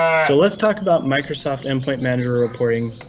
so let's talk about microsoft endpoint manager reporting,